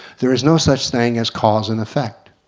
there is no such thing as cause and effect,